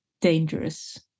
dangerous